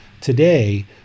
today